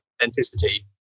authenticity